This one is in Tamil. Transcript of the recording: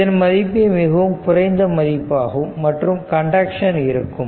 இதன் மதிப்பு மிகவும் குறைந்த மதிப்பாகும் மற்றும் கண்டக்ஷன் இருக்கும்